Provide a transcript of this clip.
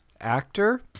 actor